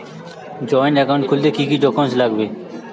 Joint account খুলতে কি কি ডকুমেন্টস লাগবে?